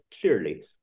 clearly